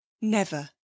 never